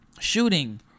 shooting